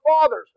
fathers